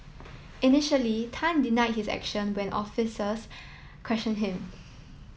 initially Tan denied his action when officers question him